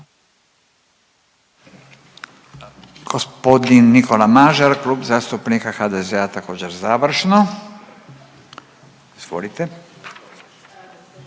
Gospodin Nikola Mažar, Klub zastupnika HDZ-a također završno. Izvolite.